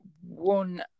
one